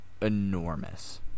enormous